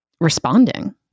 responding